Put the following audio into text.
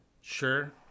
sure